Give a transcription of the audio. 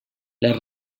les